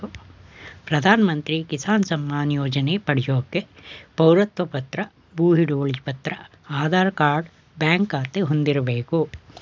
ಪ್ರಧಾನಮಂತ್ರಿ ಕಿಸಾನ್ ಸಮ್ಮಾನ್ ಯೋಜನೆ ಪಡ್ಯೋಕೆ ಪೌರತ್ವ ಪತ್ರ ಭೂ ಹಿಡುವಳಿ ಪತ್ರ ಆಧಾರ್ ಕಾರ್ಡ್ ಬ್ಯಾಂಕ್ ಖಾತೆ ಹೊಂದಿರ್ಬೇಕು